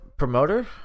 promoter